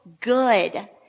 good